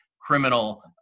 criminal